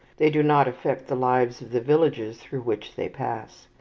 they do not affect the lives of the villages through which they pass.